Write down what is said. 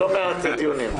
יש לא מעט דיונים.